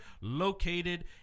located